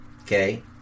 Okay